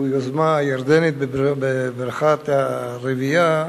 שהוא יוזמה ירדנית בברכת הרביעייה,